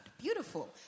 beautiful